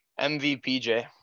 MVPJ